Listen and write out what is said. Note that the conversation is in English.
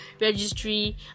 Registry